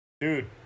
Dude